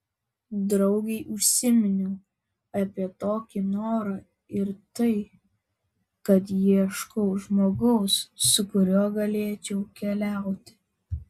draugei užsiminiau apie tokį norą ir tai kad ieškau žmogaus su kuriuo galėčiau keliauti